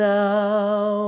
now